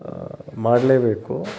ಮಾಡಲೇಬೇಕು